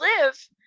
live